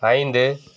ஐந்து